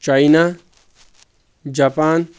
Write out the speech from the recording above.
China Japan